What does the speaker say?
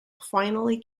finally